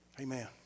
Amen